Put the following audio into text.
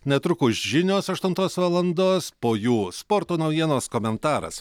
netrukus žinios aštuntos valandos po jų sporto naujienos komentaras